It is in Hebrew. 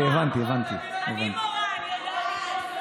אני מורה, אני יודעת לקרוא כל